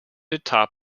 atop